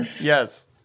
Yes